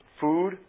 food